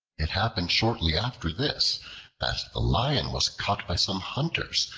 it happened shortly after this that the lion was caught by some hunters,